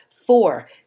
Four